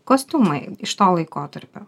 kostiumai iš to laikotarpio